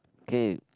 okay